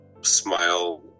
smile